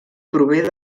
prové